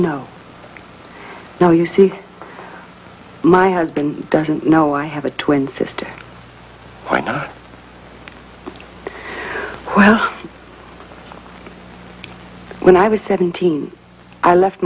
no no you see my husband doesn't know i have a twin sister i know well when i was seventeen i left